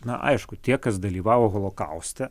na aišku tie kas dalyvavo holokauste